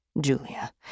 Julia